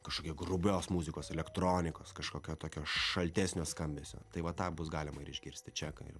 kažkokia grubios muzikos elektronikos kažkokio tokio šaltesnio skambesio tai va tą bus galima ir išgirsti čeką ir